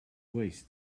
waste